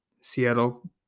seattle